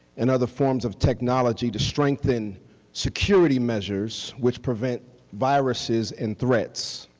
and other forms of technology to strengthen security measures which prevent viruses and threats.